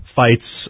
fights